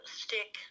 stick